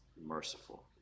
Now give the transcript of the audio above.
merciful